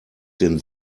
den